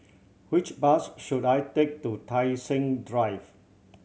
which bus should I take to Tai Seng Drive